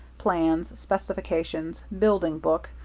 plans, specifications, building book,